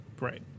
Right